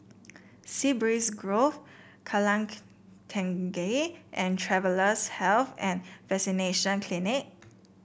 Sea Breeze Grove Kallang Tengah and Travellers' Health and Vaccination Clinic